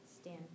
stand